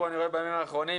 אני רואה בימים האחרונים,